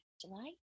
July